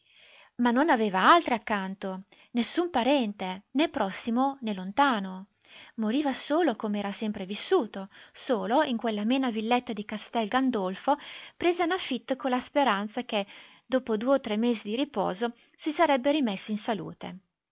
ma non aveva altri accanto nessun parente né prossimo né lontano moriva solo com'era sempre vissuto solo in quell'amena villetta di castel gandolfo presa in affitto con la speranza che dopo due o tre mesi di riposo si sarebbe rimesso in salute